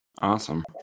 Awesome